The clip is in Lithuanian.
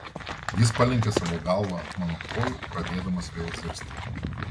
jis palenkė savo galvą ant mano kojų pradėdamas vėl zirzti